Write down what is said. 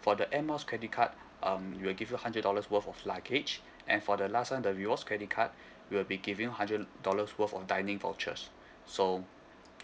for the Air Miles credit card um we will give you hundred dollars worth of luggage and for the last one the rewards credit card we will be giving you hundred dollars worth of dining vouchers so